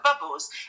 bubbles